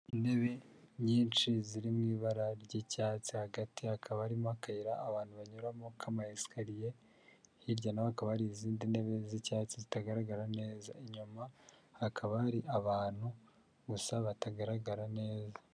Intebe nyinshi ziri mu ibara ry'icyatsi hagati hakaba harimo akayira abantu banyuramo ka amayesikariye, hirya na ho hakaba hari izindi ntebe z'icyatsi zitagaragara neza, inyuma hakaba hari abantu gusa batagaragara neza.